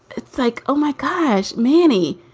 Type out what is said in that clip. it's like, oh, my gosh, manny,